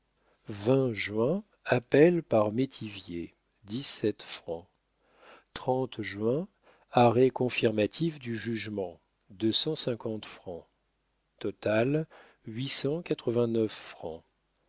juin appel par mé juin arrêt confirmatif du jugement francs total